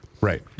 Right